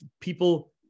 people